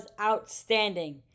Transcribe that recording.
outstanding